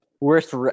worst